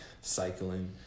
cycling